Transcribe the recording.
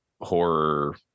horror